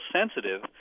sensitive